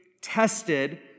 tested